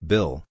Bill